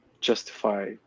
justify